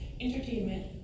entertainment